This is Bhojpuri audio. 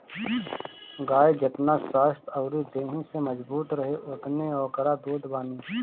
गाई जेतना स्वस्थ्य अउरी देहि से मजबूत रही ओतने ओकरा दूध बनी